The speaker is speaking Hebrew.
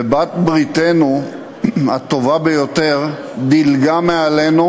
ובעלת-בריתנו הטובה ביותר דילגה מעלינו